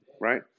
right